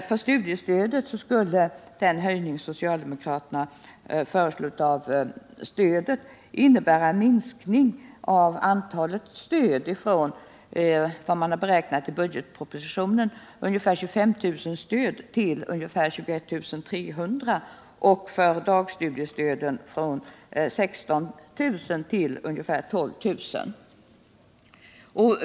För timstudiestöd skulle den höjning av stödet socialdemokraterna föreslår innebära en minskning av antalet stöd, från i budgetpropositionen beräknade 25 000 till 21 300 och för dagstudiestöden från 16 000 till 12 000.